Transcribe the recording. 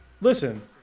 Listen